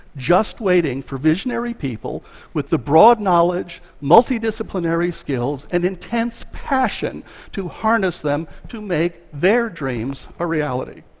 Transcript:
just waiting for visionary people with the broad knowledge, multidisciplinary skills, and intense passion to harness them to make their dreams a reality.